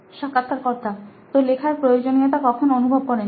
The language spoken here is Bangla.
সাক্ষাৎকারকর্তাতো লেখার প্রয়োজনীয়তা কখন অনুভব করেন